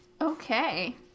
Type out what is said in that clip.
Okay